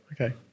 Okay